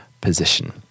position